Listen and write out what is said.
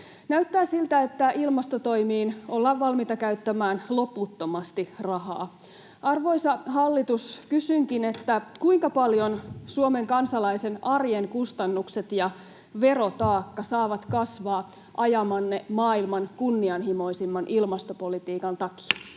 Näyttää siltä, että ilmastotoimiin ollaan valmiita käyttämään loputtomasti rahaa. Arvoisa hallitus, kysynkin: kuinka paljon Suomen kansalaisen arjen kustannukset ja verotaakka saavat kasvaa ajamanne maailman kunnianhimoisimman ilmastopolitiikan takia?